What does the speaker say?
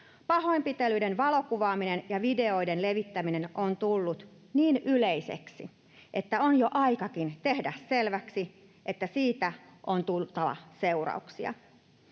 Pahoinpitelyiden valokuvaaminen ja videoiden levittäminen on tullut niin yleiseksi, että on jo aikakin tehdä selväksi, että siitä on tultava seurauksia.